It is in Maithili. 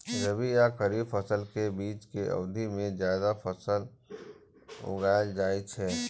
रबी आ खरीफ फसल के बीच के अवधि मे जायद फसल उगाएल जाइ छै